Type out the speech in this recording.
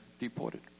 deported